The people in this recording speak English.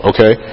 Okay